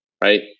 Right